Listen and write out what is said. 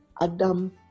Adam